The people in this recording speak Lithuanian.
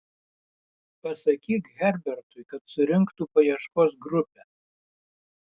pasakyk herbertui kad surinktų paieškos grupę